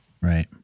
Right